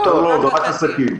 רק עסקים.